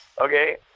Okay